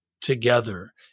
together